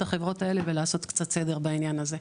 החברות האלה ולעשות קצת סדר בעניין הזה.